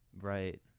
right